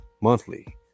monthly